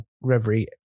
Reverie